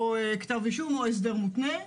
או כתב אישום או הסדר מותנה,